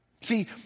See